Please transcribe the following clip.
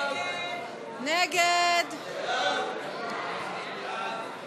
סעיף תקציבי 60,